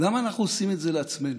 למה אנחנו עושים את זה לעצמנו?